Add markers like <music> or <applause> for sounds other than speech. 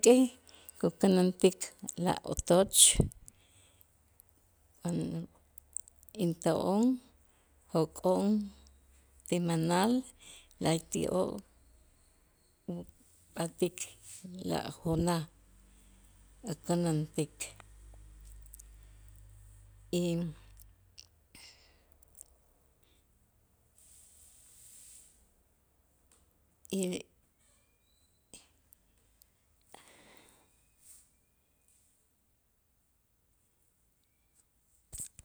Ti kukänäntik la otoch <hesitation> into'on joko'on ti manal la'ayti'oo' upatik lajuna ukänäntik y- y